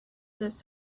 this